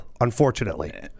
unfortunately